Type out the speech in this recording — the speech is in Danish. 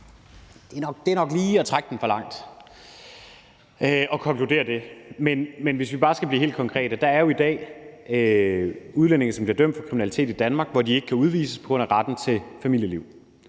Det er nok lige at trække den for langt at konkludere det. Men hvis vi bare skal blive helt konkrete, vil jeg sige: Der er i dag udlændinge, som bliver dømt for kriminalitet i Danmark, og som ikke kan udvises på grund af retten til familieliv.